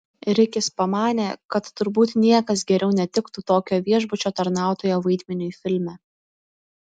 rikis pamanė kad turbūt niekas geriau netiktų tokio viešbučio tarnautojo vaidmeniui filme